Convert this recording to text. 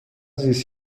زیست